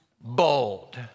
bold